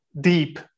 deep